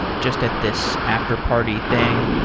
just at this after-party thing.